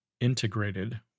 integrated